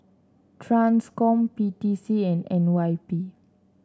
Transcom P T C and N Y P